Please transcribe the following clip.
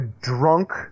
drunk